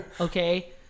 Okay